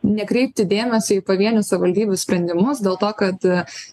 nekreipti dėmesio į pavienių savivaldybių sprendimus dėl to kad a